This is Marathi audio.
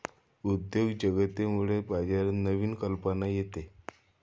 उद्योजकतेमुळे बाजारात नवीन कल्पना येते